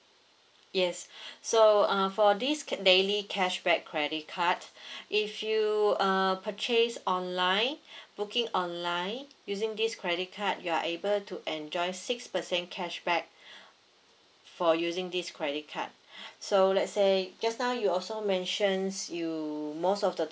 yes so uh for this cas~ daily cashback credit card if you err purchase online booking online using this credit card you are able to enjoy six percent cashback for using this credit card so let's say just now you also mentions you most of the